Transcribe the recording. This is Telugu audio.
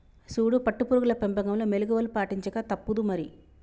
సూడు పట్టు పురుగుల పెంపకంలో మెళుకువలు పాటించక తప్పుదు మరి